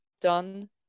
done